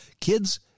kids